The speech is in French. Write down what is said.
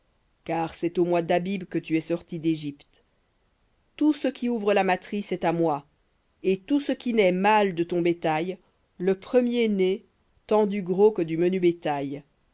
car c'est au mois d'abib que tu es sorti dégypte tout ce qui ouvre la matrice est à moi et tout ce qui naît mâle de ton bétail le premier-né tant du gros que du menu bétail